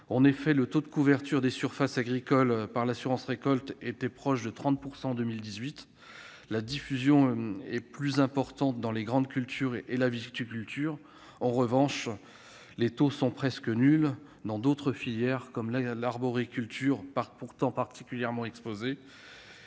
En effet, le taux de couverture de la surface agricole utile par l'assurance récolte était proche de 30 % en 2018. La diffusion est plus importante dans les grandes cultures et dans la viticulture. En revanche, les taux sont presque nuls dans les autres filières comme l'arboriculture, pourtant particulièrement exposée,